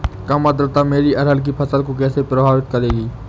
कम आर्द्रता मेरी अरहर की फसल को कैसे प्रभावित करेगी?